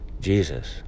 Jesus